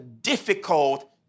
difficult